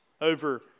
over